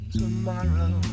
tomorrow